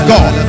God